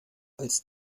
als